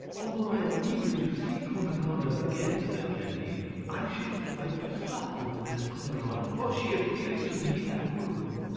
although i am eager to see cunegonde again, said candide, i should like to sup with miss clairon, for she appears to me admirable.